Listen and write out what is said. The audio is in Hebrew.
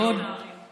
ראינו, ראינו, לצערי.